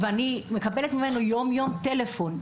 אני מקבלת ממנו יום יום טלפון,